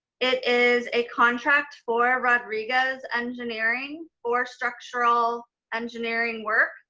it is a contract for rodriguez engineering for structural engineering work.